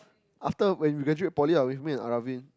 after when we graduate Poly lah with me and Aravin